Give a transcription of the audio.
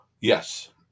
Yes